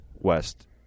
west